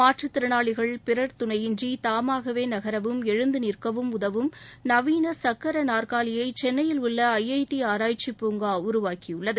மாற்றுத் திறனாளிகள் பிறர் துணையின்றி தாமாகவே நகரவும் எழுந்துறிற்கவும் உதவும் நவீன சக்கர நாற்காலியை சென்னையில் உள்ள ஐஐடி ஆராய்ச்சி பூங்கா உருவாக்கியுள்ளது